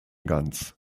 ganz